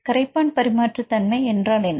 கரைப்பான் பரிமாற்று தன்மை என்றால் என்ன